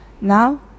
Now